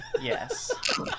yes